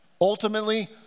ultimately